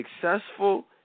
successful